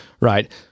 right